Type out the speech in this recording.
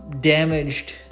Damaged